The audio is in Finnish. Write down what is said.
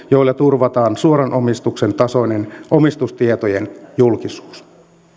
joilla turvataan suoran omistuksen tasoinen omistustietojen julkisuus